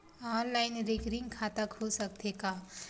Online recurring खाता खुल सकथे का?